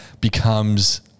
becomes